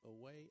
away